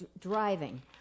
driving